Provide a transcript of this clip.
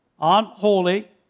unholy